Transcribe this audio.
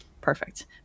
Perfect